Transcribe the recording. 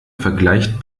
vergleicht